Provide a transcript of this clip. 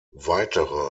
weitere